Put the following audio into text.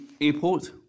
airport